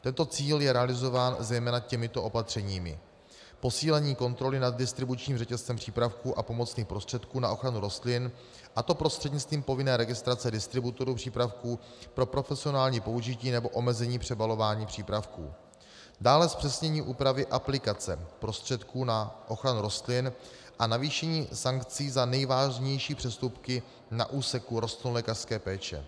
Tento cíl je realizován zejména těmito opatřeními: posílení kontroly nad distribučním řetězcem přípravků a pomocných prostředků na ochranu rostlin, a to prostřednictvím povinné registrace distributorů přípravků pro profesionální použití, nebo omezení přebalování přípravků, dále zpřesnění úpravy aplikace prostředků na ochranu rostlin a navýšení sankcí za nejvážnější přestupky na úseku rostlinolékařské péče.